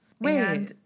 Wait